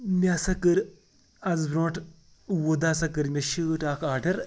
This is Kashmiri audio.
مےٚ ہَسا کٔر آز برونٛٹھ وُہ دۄہ ہَسا کٔر مےٚ شٲٹ اَکھ آرڈَر